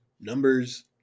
numbers